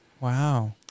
Wow